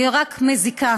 היא רק מזיקה,